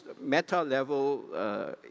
meta-level